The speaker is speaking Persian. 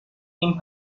این